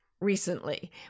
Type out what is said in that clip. recently